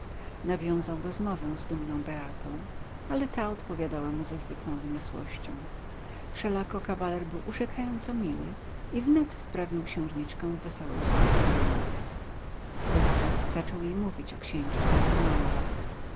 nawiązał rozmowę z dumną beatą ale ta odpowiadała mu ze zwykłą wyniosłością wszelako kawaler był urzekająco miły i wnet wprawił księżniczkę w wesołe usposobienie wówczas zaczął jej mówić o księciu santa maura